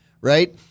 right